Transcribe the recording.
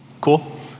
cool